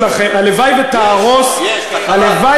במערך אין כל חדש.